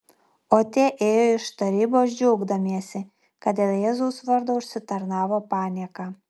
o tie ėjo iš tarybos džiaugdamiesi kad dėl jėzaus vardo užsitarnavo panieką